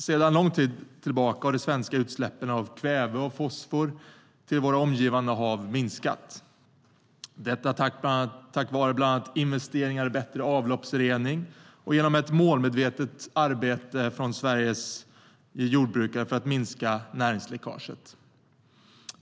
Sedan lång tid tillbaka har de svenska utsläppen av kväve och fosfor till våra omgivande hav minskat, detta tack vare bland annat investeringar i bättre avloppsrening och genom ett målmedvetet arbete från Sveriges jordbrukare för att minska näringsläckaget.